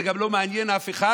זה גם לא מעניין אף אחד.